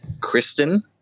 Kristen